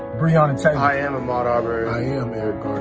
breonna taylor. i am ahmaud arbery. i am eric gardner.